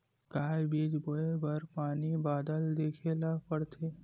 का बीज बोय बर पानी बादल देखेला पड़थे?